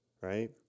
right